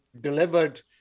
delivered